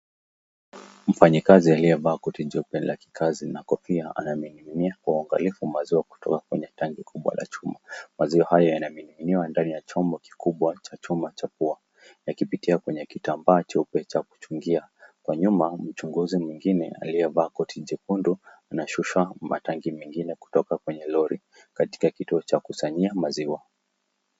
Mfanyakazi aliyevaa koti nyeupe la kikazi na kofia anamiminia kwa uangalifu maziwa kutoka kwenye tangi kubwa la chuma. Maziwa hayo yanamiminiwa ndani ya chombo kikubwa cha chuma cha pua yakipitia kwenye kitambaa cheupe cha kuchungia. Kwa nyuma mchunguzi mwingine aliyevaa koti jekundu anashusha matangi mengine kutoka kwenye lori katika kituo cha kusanyia maziwa.